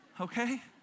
okay